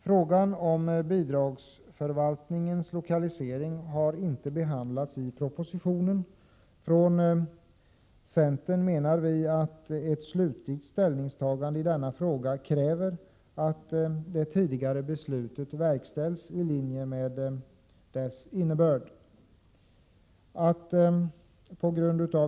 Frågan om bidragsförvaltningens lokalisering behandlas inte i propositionen. Centern menar att ett slutligt ställningstagande i denna fråga kräver att det tidigare beslutet verkställs i linje med dess innebörd.